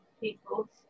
people